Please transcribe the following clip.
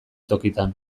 tokitan